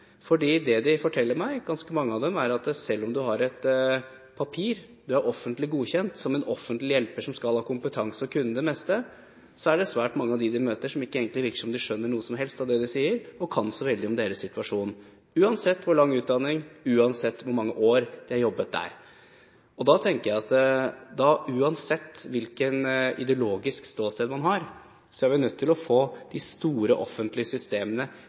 Det ganske mange av dem forteller meg, er at selv om du har et papir, selv om du er offentlig godkjent som en offentlig hjelper som skal ha kompetanse og kunne det meste, virker det som om svært mange av dem de møter, egentlig ikke skjønner noe som helst av det de sier, og ikke kan så mye om deres situasjon – uansett hvor lang utdanning de har, og uansett hvor mange år de har jobbet. Da tenker jeg at uansett hvilket ideologisk ståsted man har, er vi nødt til å få de store offentlige systemene